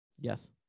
Yes